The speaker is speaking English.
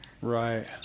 Right